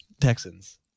Texans